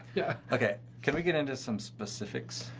yeah okay, can we get into some specifics?